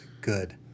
good